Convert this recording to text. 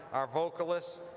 our vocalist